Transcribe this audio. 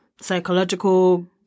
psychological